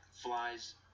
flies